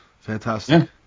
Fantastic